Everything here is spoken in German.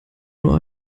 nur